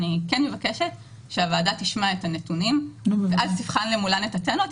אני מבקשת שהוועדה תשמע את הנתונים ואז תבחן למולם את הטענות,